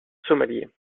somalie